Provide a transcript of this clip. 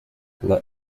let